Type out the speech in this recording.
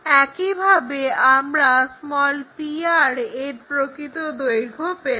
এইভাবে আমরা pr এর প্রকৃত দৈর্ঘ্য পেলাম